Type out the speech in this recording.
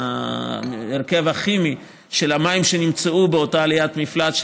בדיקת ההרכב הכימי של המים שנמצאו באותה עליית מפלס,